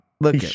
look